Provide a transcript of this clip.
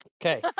Okay